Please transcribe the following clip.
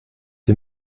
sie